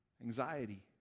Anxiety